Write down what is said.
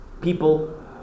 people